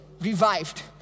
revived